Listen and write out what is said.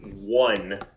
one